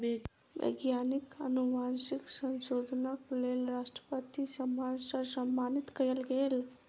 वैज्ञानिक अनुवांशिक संशोधनक लेल राष्ट्रपति सम्मान सॅ सम्मानित कयल गेल